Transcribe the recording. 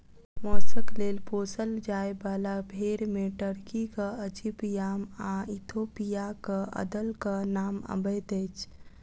मौसक लेल पोसल जाय बाला भेंड़ मे टर्कीक अचिपयाम आ इथोपियाक अदलक नाम अबैत अछि